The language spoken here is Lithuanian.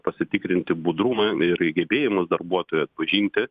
pasitikrinti budrumą ir gebėjimus darbuotojų atpažinti